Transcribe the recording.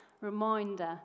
reminder